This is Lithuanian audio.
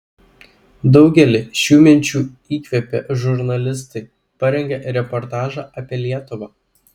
daugelį šių minčių įkvėpė žurnalistai parengę reportažą apie lietuvą